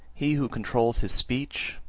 he who controls his speech,